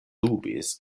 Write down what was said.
dubis